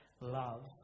love